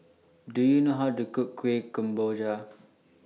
Do YOU know How to Cook Kueh Kemboja